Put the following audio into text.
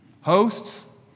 hosts